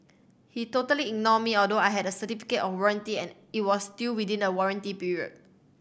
he totally ignored me although I had a certificate on warranty and it was still within a warranty period